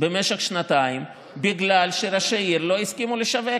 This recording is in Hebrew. במשך שנתיים בגלל שראשי עיר לא הסכימו לשווק,